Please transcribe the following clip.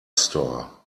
store